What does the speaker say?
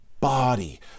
body